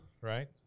right